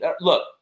Look